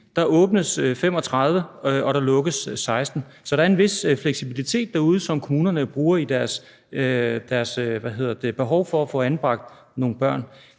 tilbud, og der lukkes 16. Så der er en vis fleksibilitet derude, som kommunerne bruger i deres behov for at få anbragt nogle børn.